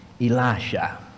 elisha